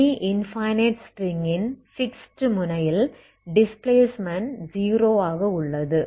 semi infinite ஸ்ட்ரிங்-ன் fixed முனையில் displacement 0 ஆக உள்ளது